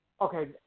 okay